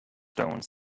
stone